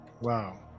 Wow